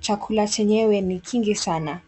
Chakula chenyewe ni kingi sana.